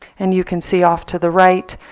and you can see off to the right,